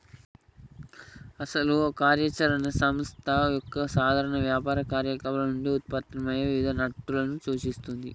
అసలు ఈ కార్య చరణ ఓ సంస్థ యొక్క సాధారణ వ్యాపార కార్యకలాపాలు నుండి ఉత్పన్నమయ్యే వివిధ నట్టులను సూచిస్తుంది